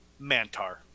Mantar